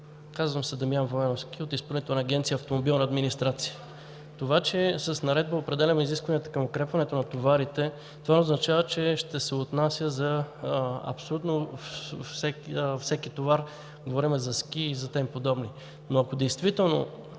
казвам се Дамян Войновски от Изпълнителна агенция „Автомобилна администрация“. Това, че с наредба определяме изискванията към укрепването на товарите, означава, че ще се отнася за абсолютно всеки товар, говорим за ски и за там подобни. Но ако действително